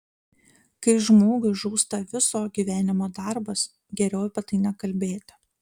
kai žmogui žūsta viso gyvenimo darbas geriau apie tai nekalbėti